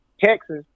Texas